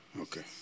Okay